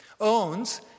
owns